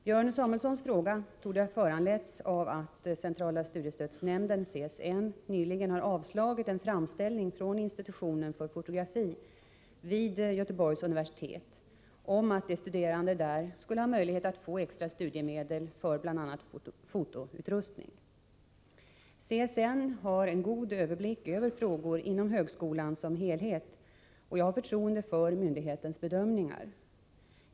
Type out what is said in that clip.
Björn Samuelsons fråga torde ha föranletts av att centrala studiestödsnämnden nyligen har avslagit en framställning från institutionen för fotografi vid Göteborgs universitet om att de studerande där skulle ha möjlighet att få extra studiemedel för bl.a. fotoutrustning. CSN har en god överblick över frågor inom högskolan som helhet, och jag har förtroende för myndighetens bedömningar.